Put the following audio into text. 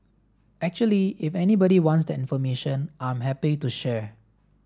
actually if anybody wants that information I'm happy to share